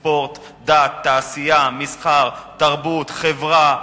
ספורט, דת, תעשייה, מסחר, תרבות, חברה,